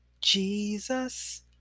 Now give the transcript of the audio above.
Jesus